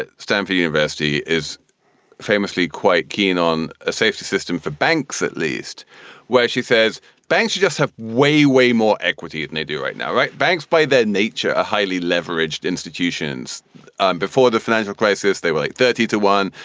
stanford university is famously quite keen on a safety system for banks, at least where she says banks, you just have way, way more equity than they do right now. right. banks, by that nature are highly leveraged institutions um before the financial crisis. they were like thirty to one.